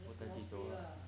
lah